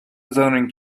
zoning